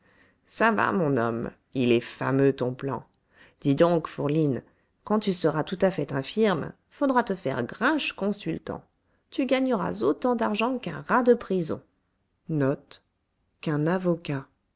ça va mon homme il est fameux ton plan dis donc fourline quand tu seras tout à fait infirme faudra te faire grinche consultant tu gagneras autant d'argent qu'un rat de prison